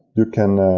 you can